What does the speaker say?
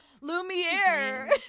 Lumiere